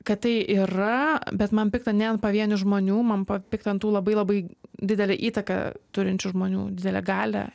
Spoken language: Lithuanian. kad tai yra bet man pikta ne ant pavienių žmonių man pa pikta ant tų labai labai didelę įtaką turinčių žmonių didelę galią